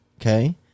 okay